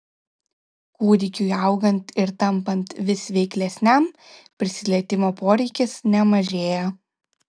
kūdikiui augant ir tampant vis veiklesniam prisilietimo poreikis nemažėja